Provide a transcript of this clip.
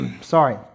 Sorry